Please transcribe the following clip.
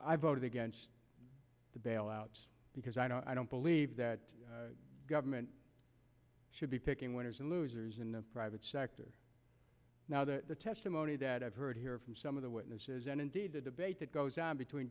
i voted against the bailouts because i know i don't believe that government should be picking winners and losers in the private sector now the testimony that i've heard here from some of the witnesses and indeed the debate that goes on between